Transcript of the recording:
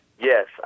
Yes